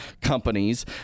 companies